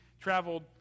traveled